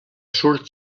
surt